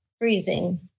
freezing